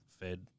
fed